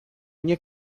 nie